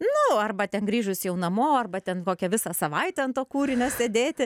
nu arba ten grįžus jau namo arba ten kokią visą savaitę an to kūrinio sėdėti